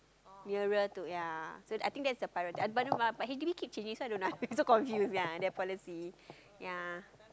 nearer to ya so I think that's the priority but oh no ah but H_D_B keep changing so I don't know I also confused ya their policy ya